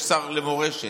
יש שר למורשת.